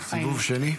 סיבוב שני,